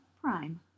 Prime